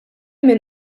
minn